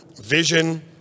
vision